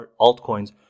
altcoins